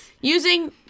using